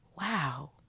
wow